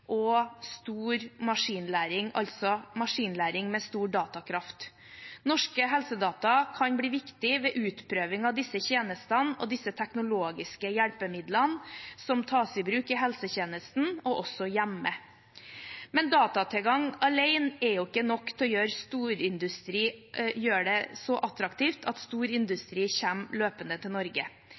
og stor maskinlæring, altså maskinlæring med stor datakraft. Norske helsedata kan bli viktig ved utprøving av disse tjenestene og teknologiske hjelpemidlene, som tas i bruk i helsetjenesten og også hjemme. Men datatilgang alene er ikke nok til å gjøre det så attraktivt at storindustri kommer løpende til Norge.